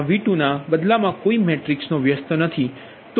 તેથી ∆Q20Q2V2 ના બદલામાં કોઈ મેટ્રિક્સ વ્યસ્ત નથી